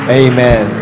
amen